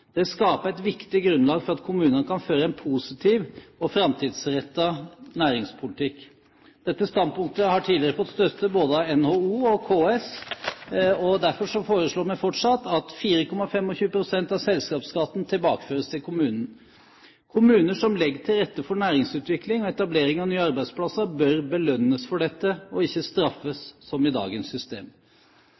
Det skaper et viktig grunnlag for at kommunene kan føre en positiv og framtidsrettet næringspolitikk. Dette standpunktet har tidligere fått støtte både av NHO og KS, og derfor foreslår vi fortsatt at 4,25 pst. av selskapsskatten tilbakeføres til kommunen. Kommuner som legger til rette for næringsutvikling og etablering av nye arbeidsplasser, bør belønnes for dette, ikke straffes, som i dagens system.